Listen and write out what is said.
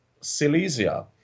Silesia